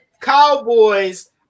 Cowboys